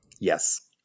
yes